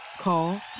Call